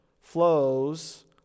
flows